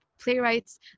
playwrights